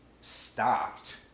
Stopped